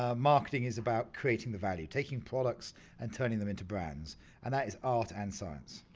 ah marketing is about creating the value, taking products and turning them into brands and that is art and science.